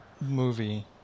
movie